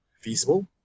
feasible